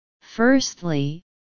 Firstly